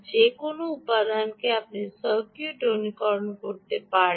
যে কোনও উপাদানকে আপনি সার্কিট অনুকরণ করতে পারেন